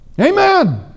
Amen